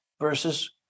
versus